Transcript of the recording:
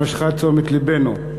שמשכה את תשומת לבנו.